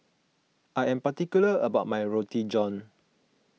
I am particular about my Roti John